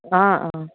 অ' অ'